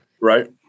Right